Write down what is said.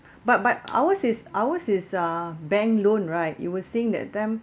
but but ours is ours is uh bank loan right you were saying that time